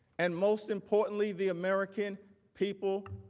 and most importantly, the american people,